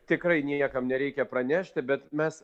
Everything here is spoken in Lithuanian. tikrai niekam nereikia pranešti bet mes